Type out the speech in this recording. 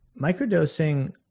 Microdosing